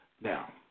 Now